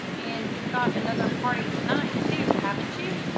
and you've got another party to-night, too haven't you?